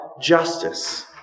justice